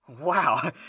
Wow